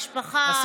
משפחה,